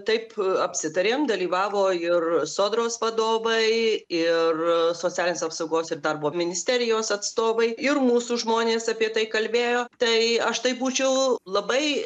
taip apsitarėm dalyvavo ir sodros vadovai ir socialinės apsaugos ir darbo ministerijos atstovai ir mūsų žmonės apie tai kalbėjo tai aš tai būčiau labai